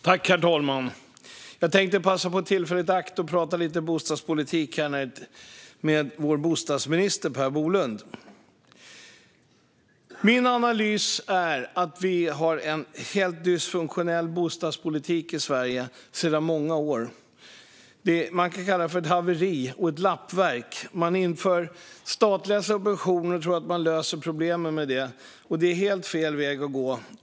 Herr talman! Jag tänker ta tillfället i akt att prata lite bostadspolitik med vår bostadsminister Per Bolund. Min analys är att vi sedan många år har en helt dysfunktionell bostadspolitik i Sverige. Det kan kallas för ett haveri och ett lappverk. Man inför statliga subventioner och tror att man löser problemen med det. Det är helt fel väg att gå.